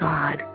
God